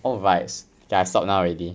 alright I stop now already